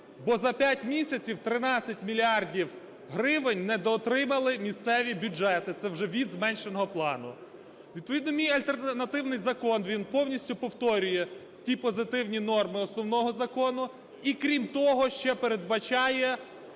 Бо за 5 місяців 13 мільярдів гривень недоотримали місцеві бюджети. Це вже від зменшеного плану. Відповідно мій альтернативний закон він повністю повторює ті позитивні норми основного закону, і крім того ще передбачає,